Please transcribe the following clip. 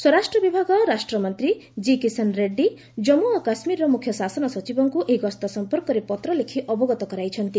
ସ୍ୱରାଷ୍ଟ୍ର ବିଭାଗ ରାଷ୍ଟ୍ର ମନ୍ତ୍ରୀ ଜି କିଶନ୍ ରେଡ୍ରୀ କନ୍ମୁ ଓ କାଶ୍ମୀରର ମୁଖ୍ୟ ଶାସନ ସଚିବଙ୍କୁ ଏହି ଗସ୍ତ ସମ୍ପର୍କରେ ପତ୍ର ଲେଖି ଅବଗତ କରାଇଛନ୍ତି